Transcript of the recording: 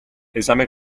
esame